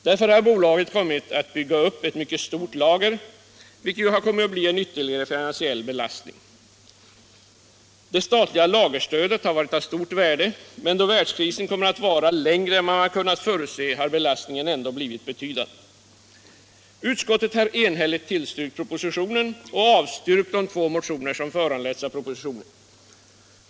Därför har bolaget kommit att bygga upp ett mycket stort lager, vilket blivit en ytterligare finansiell belastning. Det statliga lagerstödet har varit av stort värde, men då världskrisen kommit att vara längre än man kunnat förutse har belastningen ändå blivit betydande. Utskottet har enhälligt tillstyrkt propositionen och avstyrkt de två motioner som föranletts av propositionen.